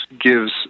gives